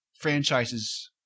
franchises